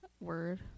Word